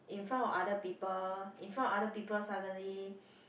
in front of other people in front of other people suddenly